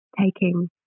taking